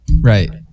right